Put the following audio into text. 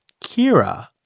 Kira